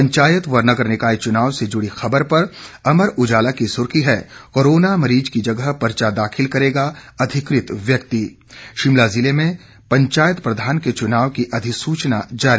पंचायत व नगर निकाय चुनाव से जुड़ी खबर पर अमर उजाला की सुर्खी है कोरोना मरीज की जगह पर्चा दाखिल करेगा अधिकृत व्यक्ति शिमला जिले में पंचायत प्रधान के चुनाव की अधिसूचना जारी